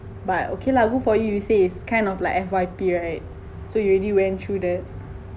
but okay lah good for you say is kind of like F_Y_P right so you already went through that